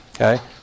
Okay